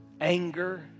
anger